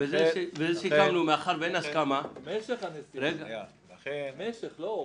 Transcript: משך הנסיעה, לא אורך.